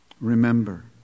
Remember